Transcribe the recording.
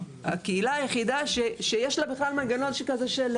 הקהילה היחידה שיש לה בכלל מנגנון כזה של